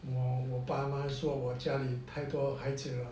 我爸妈说我家里太多孩子了